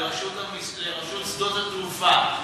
לרשות שדות התעופה,